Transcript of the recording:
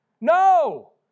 No